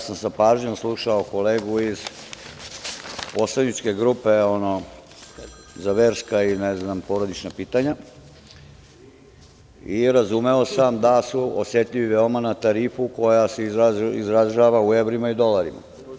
Sa pažnjom sam slušao kolegu iz poslaničke grupe za verska i porodična pitanja i razumeo sam da su osetljivi veoma na tarifu koja se izražava u evrima i dolarima.